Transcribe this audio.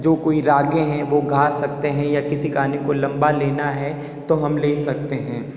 जो कोई रागे हैं वो गा सकते हैं या किसी गाने को लंबा लेना है तो हम ले सकते हैं